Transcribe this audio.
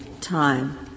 time